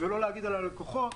ולא להגיד על הלקוחות,